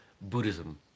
Buddhism